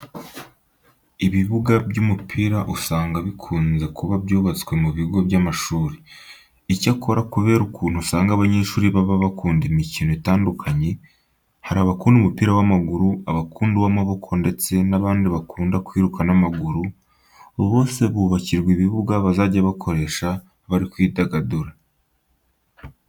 Ibibuga by'umupira usanga bikunze kuba byubatswe mu bigo by'amashuri. Icyakora kubera ukuntu usanga abanyeshuri baba bakunda imikino itandukanye hari abakunda umupira w'amaguru, abakunda uw'amaboko ndetse n'abandi bakunda kwiruka n'amaguru, bose bubakirwa ibibuga bazajya bakoresha bari kwidagadura.